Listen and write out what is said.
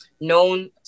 known